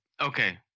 Okay